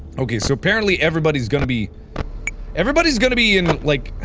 okay, so apparently everybody's gonna be everybody's gonna be in like